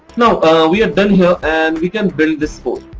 now we are done here and we can build this code.